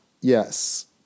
Yes